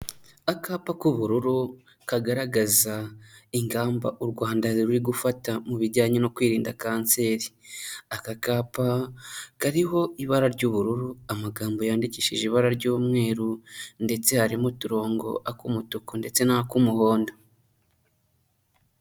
Akapa k'ubururu kagaragaza ingamba u Rwanda ruri gufata mu bijyanye no kwirinda kanseri, aka kapa kariho ibara ry'ubururu amagambo yandikishije ibara ry'umweru ndetse harimo uturongo ak'umutuku ndetse n'ak'umuhondo.